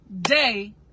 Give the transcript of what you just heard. day